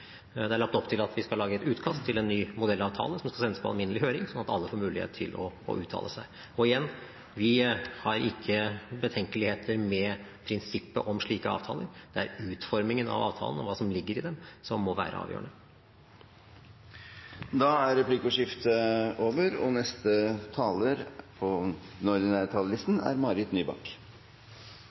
Det er lagt opp til at vi skal lage et utkast til en ny modellavtale, som skal sendes på alminnelig høring, slik at alle får mulighet til å uttale seg. Igjen: Vi har ikke betenkeligheter med prinsippet om slike avtaler. Det er utformingen av avtalen og hva som ligger i den, som må være avgjørende. Replikkordskiftet er